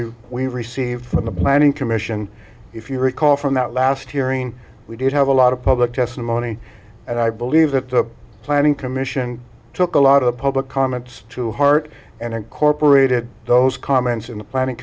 comments we received from the planning commission if you recall from that last hearing we did have a lot of public testimony and i believe that the planning commission took a lot of public comments to heart and incorporated those comments in the planning